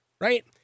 right